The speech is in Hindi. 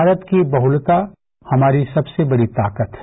भारत की बहुलता हमारी सबसे बड़ी ताकत है